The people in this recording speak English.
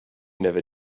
never